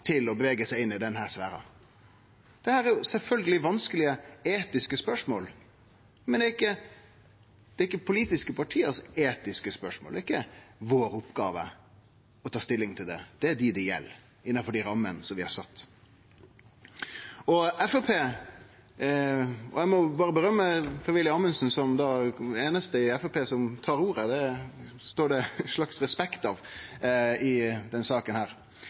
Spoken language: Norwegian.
til å bevege seg inn i denne sfæren. Dette er sjølvsagt vanskelege etiske spørsmål, men det er ikkje dei politiske partia sine etiske spørsmål, det er ikkje vår oppgåve å ta stilling til det. Det er dei det gjeld si oppgåve, innanfor dei rammene vi har sett. Eg må berre rose Per-Willy Amundsen, den einaste i Framstegspartiet som tar ordet – det står det ein slags respekt av – i denne saka. Men her